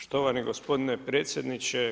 Štovani gospodine predsjedniče.